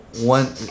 one